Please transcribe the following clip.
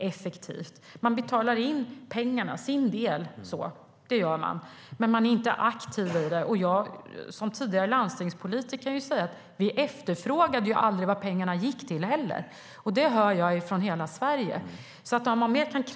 De betalar in sin del av pengarna, men de är inte aktiva i samarbetet. Som tidigare landstingspolitiker kan jag säga att vi aldrig efterfrågade vad pengarna gick till. Det hör jag från hela Sverige. Jag skulle vilja vädja till ministern att lyfta fram Finsamsamarbetet när han besöker landstingen.